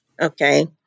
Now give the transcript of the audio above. Okay